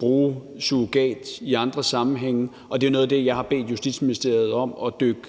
bruge surrogat i andre sammenhænge, og der har jeg jo bedt Justitsministeriet om at dykke